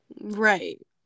right